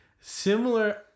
similar